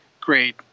great